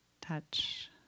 touch